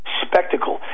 spectacle